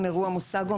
זה לא אנגלית.